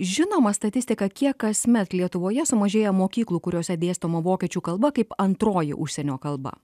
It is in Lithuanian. žinoma statistika kiek kasmet lietuvoje sumažėja mokyklų kuriose dėstoma vokiečių kalba kaip antroji užsienio kalba